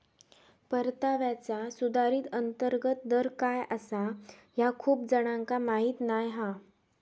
परताव्याचा सुधारित अंतर्गत दर काय आसा ह्या खूप जणांका माहीत नाय हा